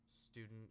student